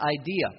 idea